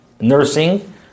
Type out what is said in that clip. nursing